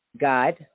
God